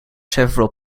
several